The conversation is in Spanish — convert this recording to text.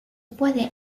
puede